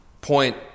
point